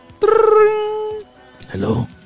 Hello